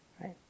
right